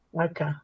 Okay